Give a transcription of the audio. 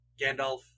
Gandalf